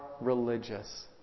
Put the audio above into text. religious